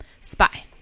Spy